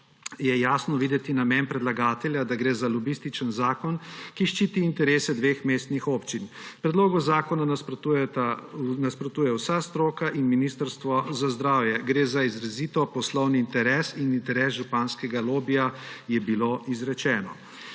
jasno videti namen predlagatelja, da gre za lobistični zakon, ki ščiti interese dveh mestnih občin. Predlogu zakona nasprotujejo vsa stroka in Ministrstvo za zdravje. »Gre za izrazito poslovni interes in interes županskega lobija,« je bilo izrečeno.